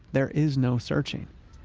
there is no searching.